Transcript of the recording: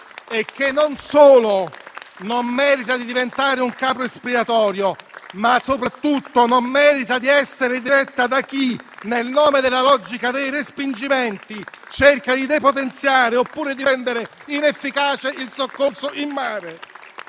e che non solo non merita di diventare un capro espiatorio, ma soprattutto non merita di essere diretta da chi, nel nome della logica dei respingimenti, cerca di depotenziare oppure di rendere inefficace il soccorso in mare.